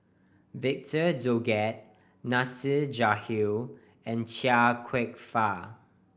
Victor Doggett Nasir Jalil and Chia Kwek Fah